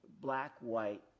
black-white